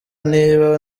niba